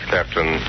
Captain